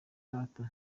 rata